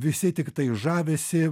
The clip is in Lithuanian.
visi tiktai žavisi